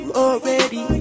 already